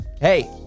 hey